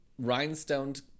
rhinestoned